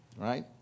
Right